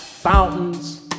Fountains